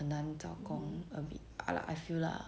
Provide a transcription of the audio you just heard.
很难找工 a bit ah lah I feel lah